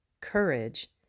courage